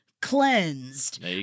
Cleansed